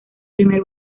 primer